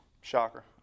Shocker